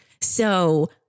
So-